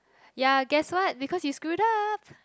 ya guess what because you screw up